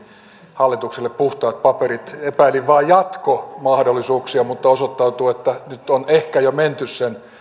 hallitukselle puhtaat paperit epäilin vain jatkomahdollisuuksia mutta osoittautui että nyt on ehkä jo menty sen